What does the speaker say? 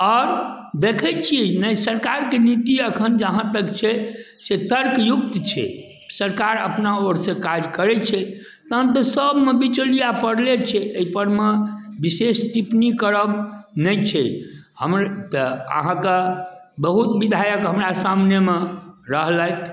आओर देखैत छियै ने सरकार कऽ नीति एखन जहाँ तक छै से तर्कयुक्त छै सरकार अपना ओरसँ काज करैत छै तहन तऽ सभमे बिचौलिआ पड़लै छै एहिपरमे बिशेष टिप्पणी करब नहि छै हमर तऽ अहाँकऽ बहुत बिधायक हमरा सामनेमे रहलथि